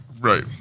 right